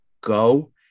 go